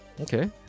Okay